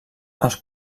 els